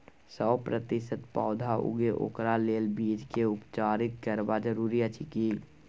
सौ प्रतिसत पौधा उगे ओकरा लेल बीज के उपचारित करबा जरूरी अछि की?